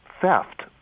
theft